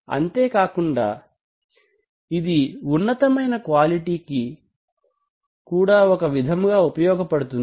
అంతే కాకుండా ఇది ఉన్నతమైన క్వాలిటి కి కూడా ఒక విధముగా ఉపయోగ పడుతుంది